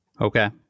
Okay